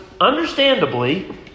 understandably